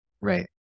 Right